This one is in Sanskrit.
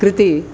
कृते